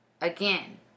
again